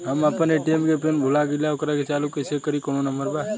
हम अपना ए.टी.एम के पिन भूला गईली ओकरा के चालू कइसे करी कौनो नंबर बा?